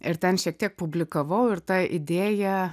ir ten šiek tiek publikavau ir ta idėja